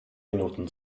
minuten